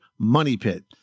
MONEYPIT